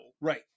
Right